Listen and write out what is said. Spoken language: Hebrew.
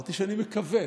אמרתי שאני מקווה.